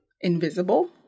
invisible